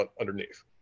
underneath